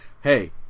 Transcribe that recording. hey